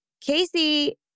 Casey